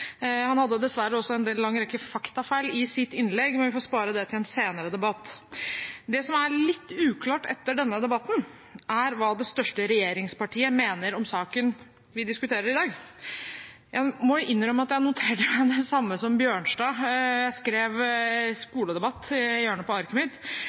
Han hadde dessverre også en lang rekke faktafeil i sitt innlegg, men vi får spare det til en senere debatt. Det som er litt uklart etter denne debatten, er hva det største regjeringspartiet mener om saken vi diskuterer i dag. Jeg må innrømme at jeg noterte meg det samme som Bjørnstad – jeg skrev